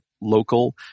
local